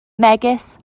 megis